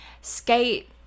skate